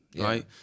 right